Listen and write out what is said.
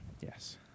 Yes